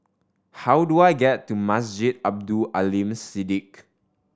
how do I get to Masjid Abdul Aleem Siddique